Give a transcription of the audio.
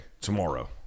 tomorrow